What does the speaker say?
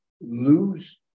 lose